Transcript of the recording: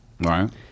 Right